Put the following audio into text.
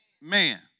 man